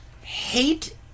hate